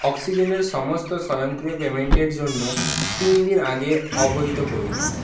অক্সিজেনের সমস্ত স্বয়ংক্রিয় পেমেন্টের জন্য তিন দিন আগে অবহিত করুন